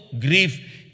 grief